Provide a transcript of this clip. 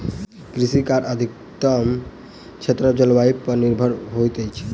कृषि कार्य अधिकतम क्षेत्रक जलवायु पर निर्भर होइत अछि